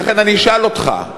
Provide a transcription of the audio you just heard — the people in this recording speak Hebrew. לכן אני אשאל אותך: